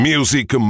Music